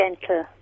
gentle